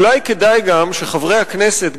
אולי כדאי שחברי הכנסת,